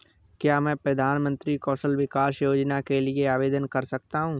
क्या मैं प्रधानमंत्री कौशल विकास योजना के लिए आवेदन कर सकता हूँ?